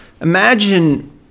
Imagine